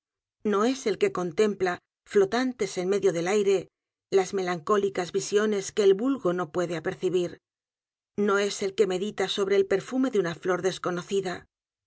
no es el que contempla flotantes en medio del aire las melancólicas visiones que el vulgo no puede apercibir no es el que medita sobre el peredgar poe novelas y cuentos fume de una flor desconocida